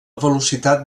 velocitat